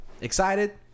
excited